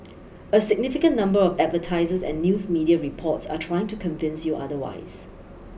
a significant number of advertisers and news media reports are trying to convince you otherwise